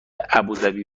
ابوذبی